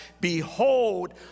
Behold